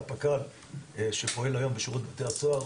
את הפק"ל שפועל היום בשירות בתי הסוהר,